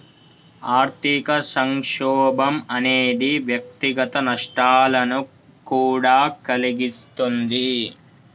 ఆర్థిక సంక్షోభం అనేది వ్యక్తిగత నష్టాలను కూడా కలిగిస్తుంది